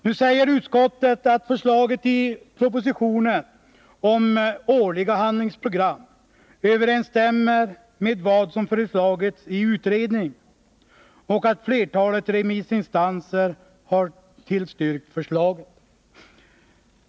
Nu säger utskottet att förslaget i propositionen om årliga handlingsprogram överensstämmer med vad som föreslagits i den utredning som ligger till grund för propositionen och att flertalet remissinstanser har tillstyrkt förslaget.